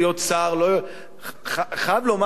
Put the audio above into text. אני חייב לומר, אגב, גברתי היושבת-ראש,